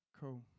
Cool